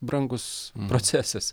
brangus procesas